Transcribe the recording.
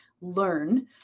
learn